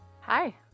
Hi